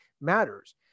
matters